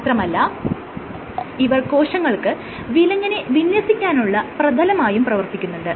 മാത്രമല്ല ഇവർ കോശങ്ങൾക്ക് വിലങ്ങനെ വിന്യസിക്കാനുള്ള പ്രതലമായും പ്രവർത്തിക്കുന്നുണ്ട്